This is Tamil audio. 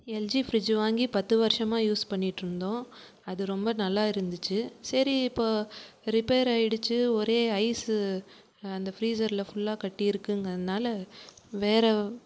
எல்ஜி ஃப்ரிட்ஜு வாங்கி பத்து வருஷமா யூஸ் பண்ணிட்டுருந்தோம் அது ரொம்ப நல்லா இருந்துச்சு சரி இப்போது ரிப்பேர் ஆகிடுச்சி ஒரே ஐஸு அந்த ஃப்ரீஸரில் ஃபுல்லா கட்டி இருக்குங்கிறனால் வேற